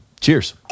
Cheers